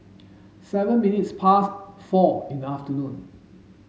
seven minutes past four in the afternoon